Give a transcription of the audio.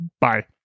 Bye